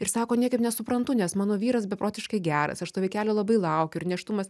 ir sako niekaip nesuprantu nes mano vyras beprotiškai geras aš to vaikelio labai laukiu ir nėštumas